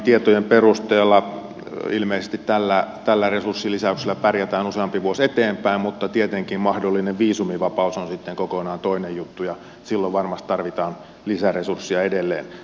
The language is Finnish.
saamieni tietojen perusteella ilmeisesti tällä resurssilisäyksellä pärjätään useampi vuosi eteenpäin mutta tietenkin mahdollinen viisumivapaus on sitten kokonaan toinen juttu ja silloin varmasti tarvitaan lisäresursseja edelleen